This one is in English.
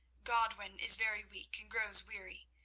godwin is very weak, and grows weary,